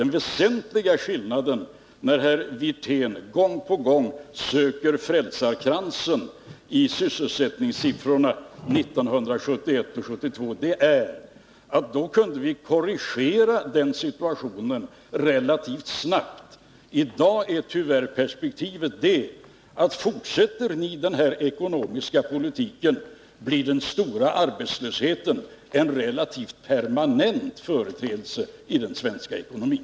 När herr Wirtén gång på gång söker frälsarkransen i sysselsättningssiffrorna 1971 och 1972, vill jag säga att den väsentliga skillnaden är att vi då kunde korrigera situationen relativt snabbt. I dag är tyvärr perspektivet, att fortsätter ni den här ekonomiska politiken, blir den stora arbetslösheten en relativt permanent företeelse i den svenska ekonomin.